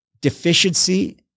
deficiency